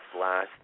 Last